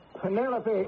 Penelope